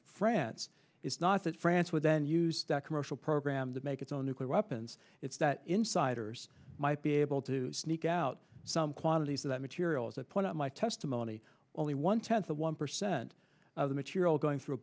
france it's not that france would then use that commercial program to make its own nuclear weapons it's that insiders might be able to sneak out some quantities of that material as i point out my testimony only one tenth of one percent of the material going through